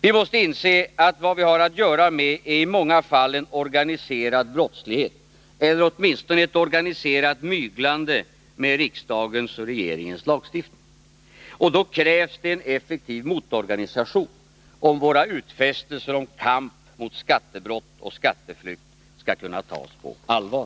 Vi måste inse att vad vi har att göra med i många fall är en organiserad brottslighet eller åtminstone ett organiserat myglande med riksdagens och regeringens lagstiftning. Och då krävs det en effektiv motorganisation, om våra utfästelser om kamp mot skattebrott och skatteflykt skall kunna tas på allvar.